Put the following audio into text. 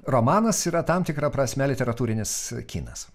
romanas yra tam tikra prasme literatūrinis kinas